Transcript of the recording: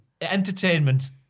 entertainment